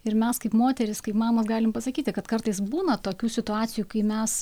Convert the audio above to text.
ir mes kaip moterys kaip mamos galim pasakyti kad kartais būna tokių situacijų kai mes